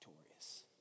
victorious